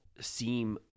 seem